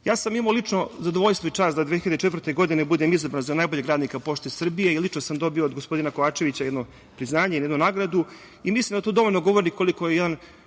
sam imao lično zadovoljstvo i čast da 2004. godine budem izabran za najboljeg radnika „Pošte Srbije“ i lično sam dobio od gospodina Kovačevića jedno priznanje, jednu nagradu. Mislim da to dovoljno govori koliko je jedan